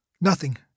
Nothing